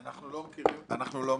שמעון,